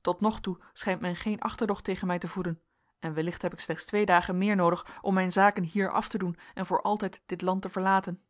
tot nog toe schijnt men geen achterdocht tegen mij te voeden en wellicht heb ik slechts twee dagen meer noodig om mijn zaken hier af te doen en voor altijd dit land te verlaten